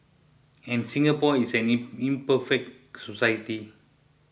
and Singapore is any imperfect society